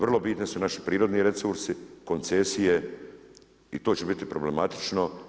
Vrlo bitni su naši prirodni resursi, koncesije i to će biti problematično.